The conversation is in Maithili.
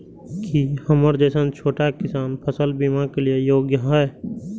की हमर जैसन छोटा किसान फसल बीमा के लिये योग्य हय?